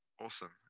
Awesome